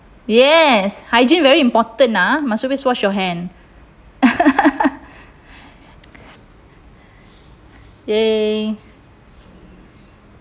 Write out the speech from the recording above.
yes hygiene very important ah must always wash your hand okay